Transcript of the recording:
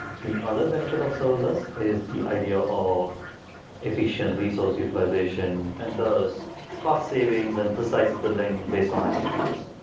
the other benefit of serverless is the idea of efficient resource utilization and does cost savings and precise billing based on active use.